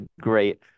great